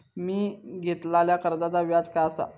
मी घेतलाल्या कर्जाचा व्याज काय आसा?